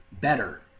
better